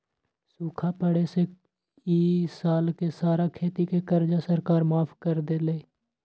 सूखा पड़े से ई साल के सारा खेती के कर्जा सरकार माफ कर देलई